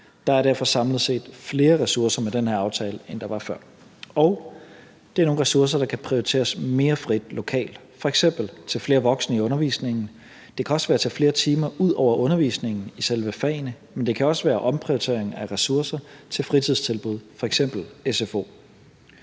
Der er derfor samlet set flere ressourcer med den her aftale, end der var før. Og det er nogle ressourcer, der kan prioriteres mere frit lokalt, f.eks. til flere voksne i undervisningen; det kan også være til flere timer ud over undervisningen i selve fagene, men det kan også være omprioritering af ressourcer til fritidstilbud, f.eks. til